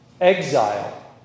exile